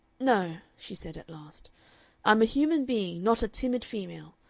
no, she said at last i'm a human being not a timid female.